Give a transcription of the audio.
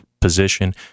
position